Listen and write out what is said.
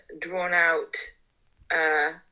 drawn-out